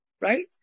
right